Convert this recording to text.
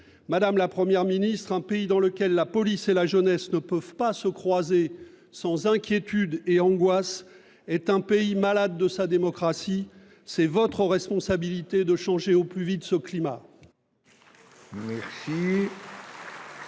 Madame la Première ministre, un pays dans lequel la police et la jeunesse ne peuvent se croiser sans inquiétude et angoisse est un pays malade de sa démocratie. Il relève de votre responsabilité de changer au plus vite ce climat.